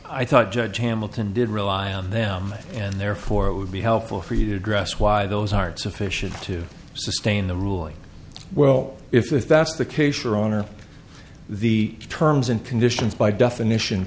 i thought judge hamilton did rely on them and therefore it would be helpful for you to address why those aren't sufficient to sustain the ruling well if that's the case your honor the terms and conditions by definition